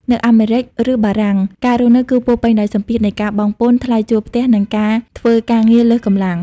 នៅអាមេរិក ឬបារាំង ការរស់នៅគឺពោរពេញដោយសម្ពាធនៃការបង់ពន្ធ ថ្លៃជួលផ្ទះ និងការធ្វើការងារលើសកម្លាំង។